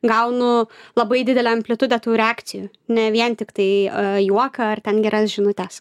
gaunu labai didelę amplitudę tų reakcijų ne vien tiktai juoką ar ten geras žinutes